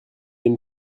une